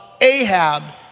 Ahab